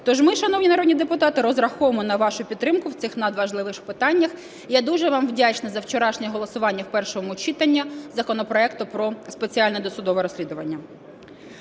Тож ми, шановні народні депутати, розраховуємо на вашу підтримку в цих надважливих питаннях. І я дуже вам вдячна за вчорашнє голосування в першому читанні законопроекту про спеціальне досудове розслідування.